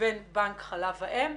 לבין בנק חלב האם,